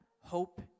hope